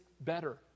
better